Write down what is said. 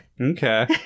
Okay